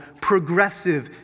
progressive